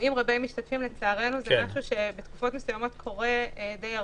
אירועים רבי משתתפים לצערנו זה דבר שבתקופות מסוימות קורה הרבה